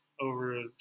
over